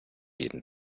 jeden